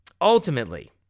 ultimately